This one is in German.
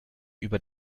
über